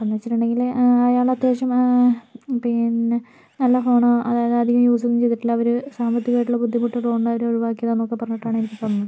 പിന്നേന്ന് വച്ചിട്ടുണ്ടെങ്കില് അയാള് അത്യാവശ്യം പിന്നെ നല്ല ഫോണാണ് അതായത് അധികം യൂസൊന്നും ചെയ്തട്ടില്ല അവര് സാമ്പത്തികയിട്ടുള്ള ബുദ്ധിമുട്ടുള്ളത് കൊണ്ട് അവര് ഒഴിവാക്കിയ പറഞ്ഞിട്ടാണ് എനിക്ക് തന്നത്